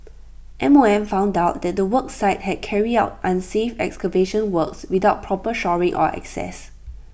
M O M found out that the work site had carried out unsafe excavation works without proper shoring or access